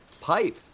pipe